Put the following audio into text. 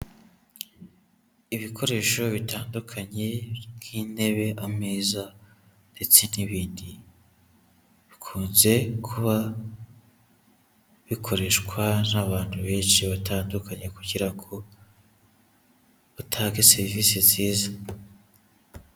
Ibikoresho bitandukanye nk'intebe, ameza ndetse n'ibindi, bikunze kuba bikoreshwa n'abantu benshi batandukanye kugira ngo batange serivisi nziza.